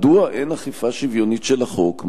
מדוע אין אכיפה שוויונית של החוק?